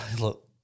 Look